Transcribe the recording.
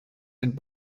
and